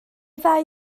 ddau